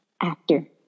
actor